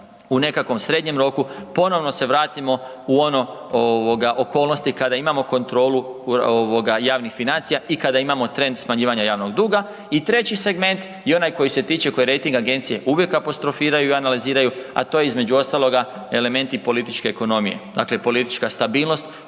u nekakvom srednjem roku ponovno se vratimo u ono ovoga okolnosti kada imamo ovoga kontrolu javnih financija i kada imamo trend smanjivanja javnog duga. I treći segment je onaj koji se tiče koje rejting agencije uvijek apostrofiraju i analiziraju, a to je između ostaloga elementi političke ekonomije. Dakle, politička stabilnost